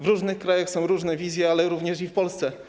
W różnych krajach są różne wizje, również w Polsce.